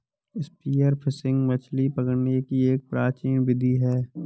spear fishing मछली पकड़ने की एक प्राचीन विधि है